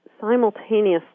simultaneously